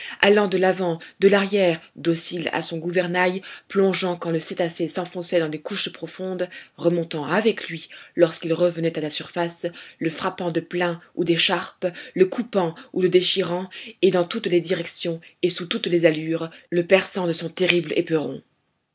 allant de l'avant de l'arrière docile à son gouvernail plongeant quand le cétacé s'enfonçait dans les couches profondes remontant avec lui lorsqu'il revenait à la surface le frappant de plein ou d'écharpe le coupant ou le déchirant et dans toutes les directions et sous toutes les allures le perçant de son terrible éperon